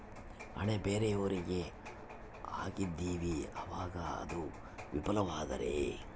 ಹಣ ಬೇರೆಯವರಿಗೆ ಹಾಕಿದಿವಿ ಅವಾಗ ಅದು ವಿಫಲವಾದರೆ?